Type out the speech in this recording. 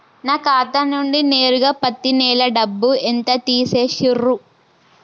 నా ఖాతా నుండి నేరుగా పత్తి నెల డబ్బు ఎంత తీసేశిర్రు?